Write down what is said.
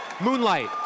Moonlight